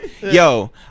yo